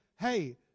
hey